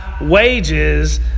wages